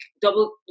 double